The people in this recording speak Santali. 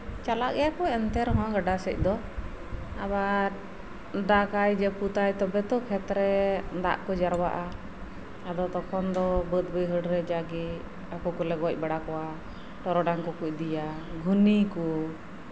ᱪᱟᱞᱟᱜ ᱜᱮᱭᱟ ᱠᱚ ᱮᱱᱛᱮ ᱨᱮᱦᱚᱸ ᱜᱟᱰᱟ ᱥᱮᱜ ᱫᱚ ᱟᱵᱟᱨ ᱫᱟᱜ ᱟᱭ ᱡᱟᱹᱯᱩᱫᱟᱭ ᱛᱚᱵᱮᱛᱚ ᱠᱷᱮᱛᱨᱮ ᱫᱟᱜ ᱠᱚ ᱡᱟᱣᱨᱟᱜᱼᱟ ᱟᱫᱚ ᱛᱚᱠᱷᱚᱱ ᱫᱚ ᱵᱟᱹᱫ ᱵᱟᱹᱭᱦᱟᱹᱲ ᱨᱮ ᱡᱟᱜᱮ ᱦᱟᱹᱠᱩ ᱠᱚᱞᱮ ᱜᱚᱡ ᱵᱟᱲᱟ ᱠᱚᱣᱟ ᱴᱚᱨᱚᱰᱟᱝ ᱠᱚᱠᱚ ᱤᱫᱤᱭᱟ ᱜᱷᱩᱱᱤ ᱠᱚ